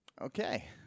Okay